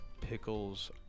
pickles